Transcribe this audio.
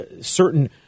certain